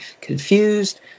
confused